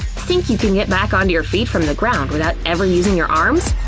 think you can get back onto your feet from the ground without ever using your arms?